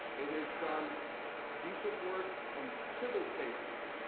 it has done decent work on civil cases.